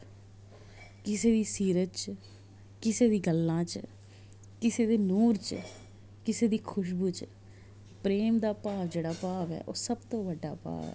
किसै दी सीरत च किसै दी गल्लां च किसै दे नूर च किसै दी खूशबू च प्रेम दा भाव जेह्ड़ा भाव ऐ ओह् सब तू बड्डा भाव ऐ